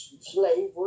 slavery